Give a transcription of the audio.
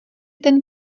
ten